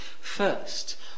first